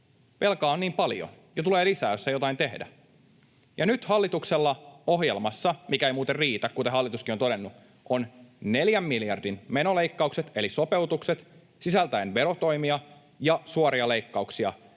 velkaa on niin paljon ja tulee lisää, jos ei jotain tehdä. Ja nyt hallituksella on ohjelmassa — mikä ei muuten riitä, kuten hallituskin on todennut — 4 miljardin menoleikkaukset eli sopeutukset sisältäen verotoimia ja suoria leikkauksia